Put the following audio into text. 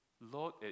Lord